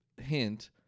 hint